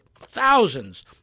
thousands